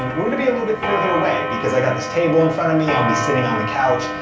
um we're gonna be a little bit further away, because i got this table in front of me, i'll be sitting on the couch.